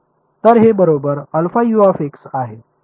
तर हे बरोबर आहे